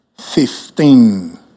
fifteen